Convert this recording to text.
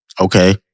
Okay